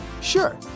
Sure